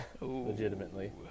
Legitimately